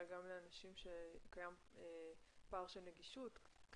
אלא גם לאנשים שקיים פער של נגישות,